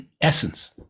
essence